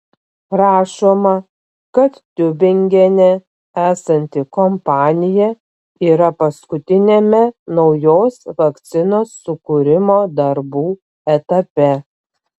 rašoma kad tiubingene esanti kompanija yra paskutiniame naujos vakcinos sukūrimo darbų etape